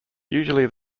usually